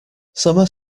summer